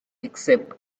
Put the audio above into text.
except